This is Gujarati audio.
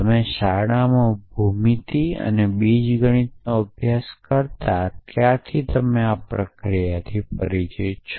તમે શાળામાં ભૂમિતિ અને બીજગણિતનો અભ્યાસ કરતાં ત્યારથી તમે આ પ્રક્રિયાથી પરિચિત છો